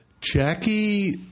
Jackie